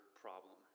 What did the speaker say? problem